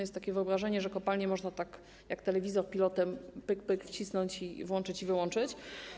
Jest takie wyobrażenie, że kopalnię można tak jak telewizor pilotem, pyk, pyk, wcisnąć, włączyć i wyłączyć.